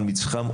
על מצחם,